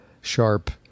sharp